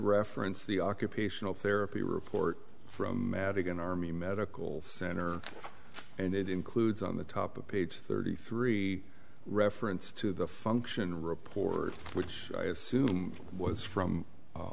reference the occupational therapy report from madigan army medical center and it includes on the top of page thirty three reference to the function report which i assume was from